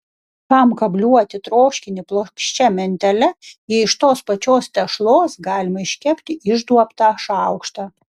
kam kabliuoti troškinį plokščia mentele jei iš tos pačios tešlos galima iškepti išduobtą šaukštą